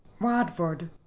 Rodford